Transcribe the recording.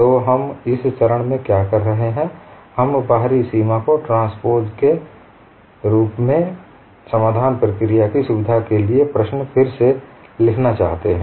तो हम इस चरण में क्या कर रहे हैं है हम बाहरी सीमा को ट्रांसपोज रूप में समाधान प्रक्रिया की सुविधा के लिए प्रश्न फिर से लिखना चाहते हैं